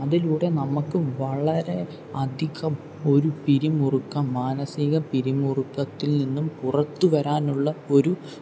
അതിലൂടെ നമുക്ക് വളരെ അധികം ഒരു പിരിമുറുക്കം മാനസിക പിരിമുറുക്കത്തിൽ നിന്നും പുറത്ത് വരാനുള്ള ഒരു